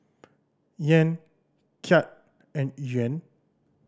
Yen Kyat and Yuan